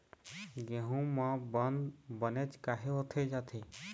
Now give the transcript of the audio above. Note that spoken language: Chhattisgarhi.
गेहूं म बंद बनेच काहे होथे जाथे?